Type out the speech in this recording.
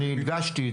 בבקשה.